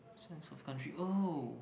sense of country oh